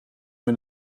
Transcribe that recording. met